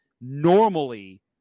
Normally